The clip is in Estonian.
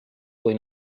kui